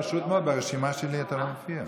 פשוט מאוד, ברשימה שלי אתה לא מופיע,